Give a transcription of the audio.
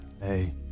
Hey